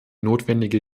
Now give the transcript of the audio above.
notwendige